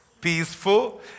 peaceful